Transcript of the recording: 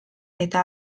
eta